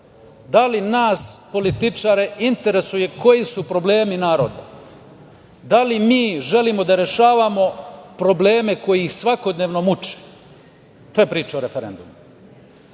da li nas političare interesuje koji su problemi naroda, da li mi želimo da rešavamo probleme koji ih svakodnevno muče? To je priča o referendumu.